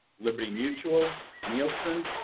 liberty mutual, nielsen,